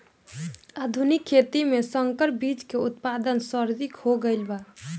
आधुनिक खेती में संकर बीज के उत्पादन सर्वाधिक हो गईल बा